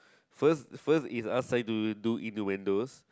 first first is us trying to do innuendos